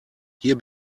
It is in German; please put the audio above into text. hier